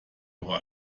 auch